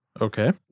Okay